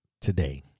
today